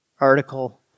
article